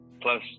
Plus